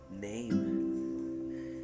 name